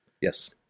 Yes